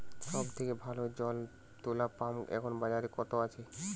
সব থেকে ভালো জল তোলা পাম্প এখন বাজারে কত আছে?